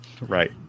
Right